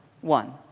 one